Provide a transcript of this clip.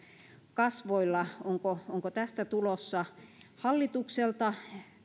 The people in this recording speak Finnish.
kasvoilla onko onko tästä tulossa hallitukselta